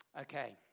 Okay